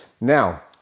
Now